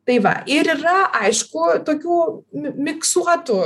tai va ir yra aišku tokių miksuotų